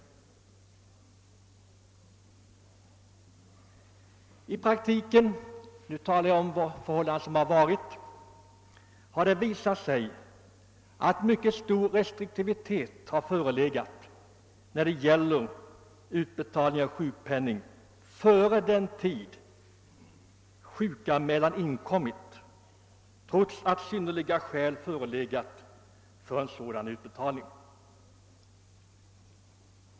I praktiken — nu talar jag om förhållanden som varit — har det visat sig att man varit mycket restriktiv när det gällt att utbetala sjukpenning för tiden innan sjukanmälan inkommit, trots att synnerliga skäl förelegat för sådan utbetalning.